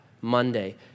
Monday